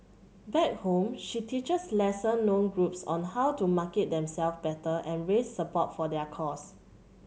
back home she teaches lesser known groups on how to market themself better and raise support for their cause